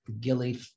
Gilly